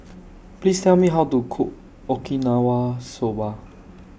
Please Tell Me How to Cook Okinawa Soba